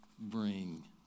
bring